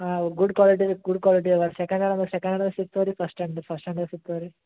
ಹಾಂ ಗುಡ್ ಕ್ವಾಲಿಟಿದು good quality ಇದೆ ಸೆಕೆಂಡ್ ಹ್ಯಾಂಡ್ ಅಂದ್ರೆ ಸೆಕೆಂಡ್ ಹ್ಯಾಂಡ್ದು ಸಿಕ್ತವೆ ರೀ ಫರ್ಸ್ಟ್ ಹ್ಯಾಂಡ್ದು ಫರ್ಸ್ಟ್ ಹ್ಯಾಂಡ್ದು ಸಿಕ್ತವೆ ರೀ